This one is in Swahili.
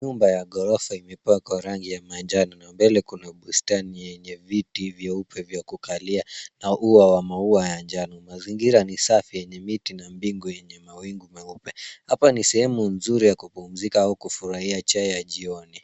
Nyumba ya ghorofa imepakwa rangi ya manjano na mbele kuna bustani yenye viti vyeupe vya kukalia na ua ya maua ya njano. Mazingira ni safi yenye miti na bingu yenye mawingu meupe. Hapa ni sehemu nzuri ya kupumika au kufurahia chai ya jioni.